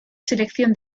selección